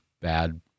bad